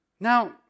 Now